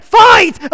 fight